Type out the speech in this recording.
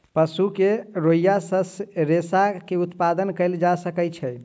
पशु के रोईँयाँ सॅ रेशा के उत्पादन कयल जा सकै छै